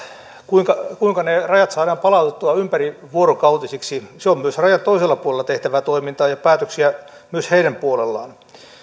kuinka ne rajat saadaan palautettua ympärivuorokautisiksi se on myös rajan toisella puolella tehtävää toimintaa ja päätöksiä myös heidän puolellaan